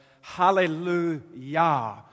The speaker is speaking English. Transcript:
Hallelujah